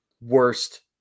worst